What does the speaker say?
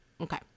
Okay